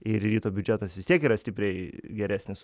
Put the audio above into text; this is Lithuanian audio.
ir ryto biudžetas vis tiek yra stipriai geresnis